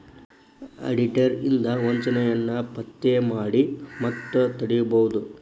auditor ಇಂದಾ ವಂಚನೆಯನ್ನ ಪತ್ತೆ ಮಾಡಿ ಮತ್ತ ತಡಿಬೊದು